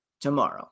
tomorrow